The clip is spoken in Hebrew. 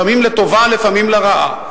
לפעמים לטובה לפעמים לרעה,